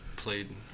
played